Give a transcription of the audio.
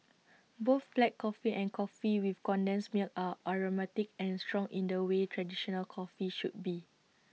both black coffee and coffee with condensed milk are aromatic and strong in the way traditional coffee should be